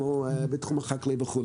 למשל בתחום החקלאות וכולי?